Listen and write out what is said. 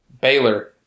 Baylor